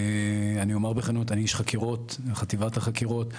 אני אומר בכנות, אני איש חקירות בחטיבת החקירות.